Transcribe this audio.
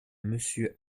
monsieur